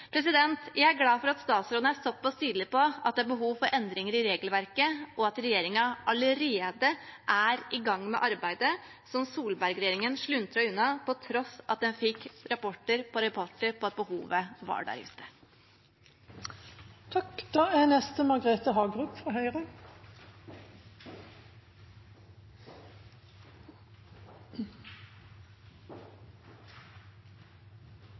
Jeg er glad for at statsråden er såpass tydelig på at det er behov for endringer i regelverket, og at regjeringen allerede er i gang med arbeidet som Solberg-regjeringen sluntret unna, på tross av at de fikk rapporter på rapporter om at behovet var der ute. I